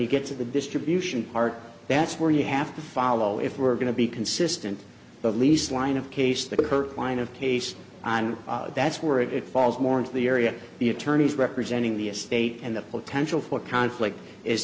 you get to the distribution part that's where you have to follow if we're going to be consistent but least line of case that her line of taste and that's where it falls more into the area the attorneys representing the estate and the potential for conflict is